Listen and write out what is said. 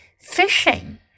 Fishing